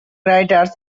writers